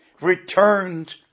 returned